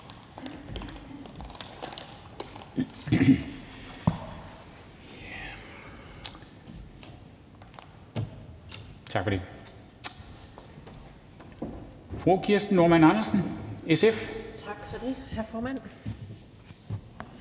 Tak for det.